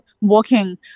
walking